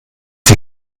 sie